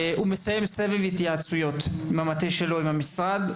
הוא מסיים סבב התייעצויות עם המטה ועם המשרד.